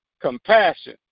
compassion